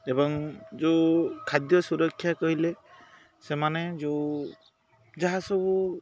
ଏବଂ ଯେଉଁ ଖାଦ୍ୟ ସୁରକ୍ଷା କହିଲେ ସେମାନେ ଯେଉଁ ଯାହା ସବୁ